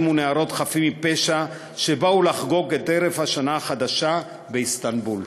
ונערות חפים מפשע שבאו לחגוג את ערב השנה החדשה באיסטנבול.